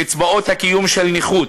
קצבאות הקיום, נכות,